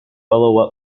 follow